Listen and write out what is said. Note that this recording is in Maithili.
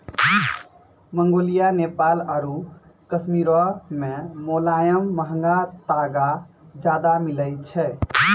मंगोलिया, नेपाल आरु कश्मीरो मे मोलायम महंगा तागा ज्यादा मिलै छै